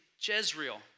Jezreel